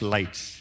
Lights